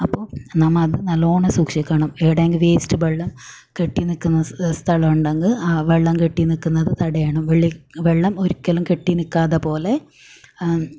അപ്പോൾ നമ്മൾ അതു നല്ലോണം സൂക്ഷിക്കണം എവിടെങ്കിലും വേസ്റ്റ് വെളളം കെട്ടി നിൽക്കുന്ന സ്ഥലം ഉണ്ടെങ്കിൽ ആ വെള്ളം കെട്ടി നിൽക്കുന്നത് തടയണം വെള്ളി വെള്ളം ഒരിക്കലും കെട്ടി നിൽക്കാതെ പോലെ